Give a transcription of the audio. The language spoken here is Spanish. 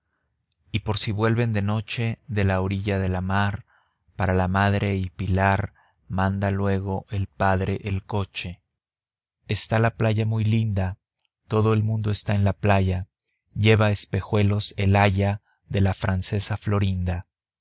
y por si vuelven de noche de la orilla de la mar para la madre y pilar manda luego el padre el coche está la playa muy linda todo el mundo está en la playa lleva espejuelos el aya de la francesa florinda